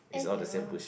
!aiyo!